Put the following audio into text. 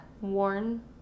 Worn